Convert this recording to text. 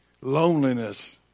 loneliness